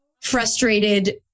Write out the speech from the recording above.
frustrated